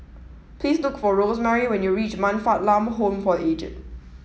please look for Rosemarie when you reach Man Fatt Lam Home for Aged